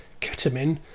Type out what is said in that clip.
ketamine